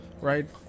Right